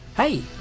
Hey